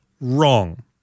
wrong